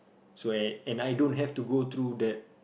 so and and I don't have to go through that